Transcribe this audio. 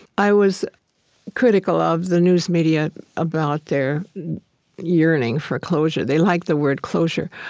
i was critical of the news media about their yearning for closure. they like the word closure.